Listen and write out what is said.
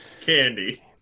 candy